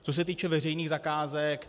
Co se týče veřejných zakázek.